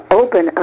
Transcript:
open